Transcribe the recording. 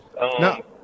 No